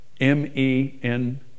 M-E-N